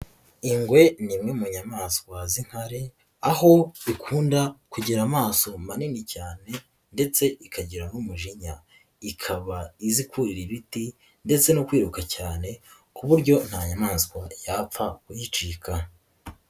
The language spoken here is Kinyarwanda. Ingwe ni imwe mu nyamaswa z'inkare, aho ikunda kugira amaso manini cyane ndetse ikagira n'umujinya, ikaba izikurira ibiti ndetse no kwibuka cyane, ku buryo nta nyamaswa yapfa kuyicika.